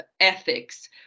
ethics